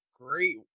great